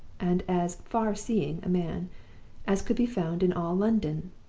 and as far-seeing a man as could be found in all london.